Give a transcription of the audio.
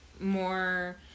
more